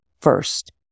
First